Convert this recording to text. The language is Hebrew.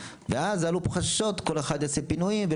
ואז עלו פה חששות שכל אחד יעשה פינויים.